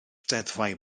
deddfau